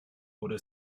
oder